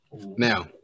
Now